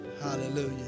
Hallelujah